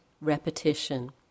repetition